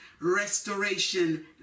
restoration